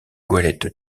goélette